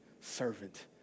servant